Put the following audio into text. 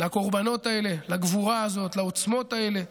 לקורבנות האלה, לגבורה הזאת, לעוצמות האלה,